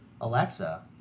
Alexa